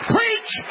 Preach